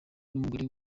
numugore